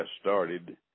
started